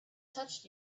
touched